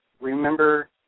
remember